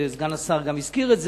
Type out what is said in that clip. וסגן השר גם הזכיר את זה.